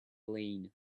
lane